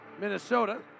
Minnesota